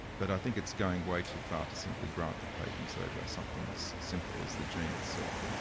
but i think it's going way too far to simply grant the patents over something as simple as the gene itself.